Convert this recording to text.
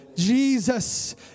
Jesus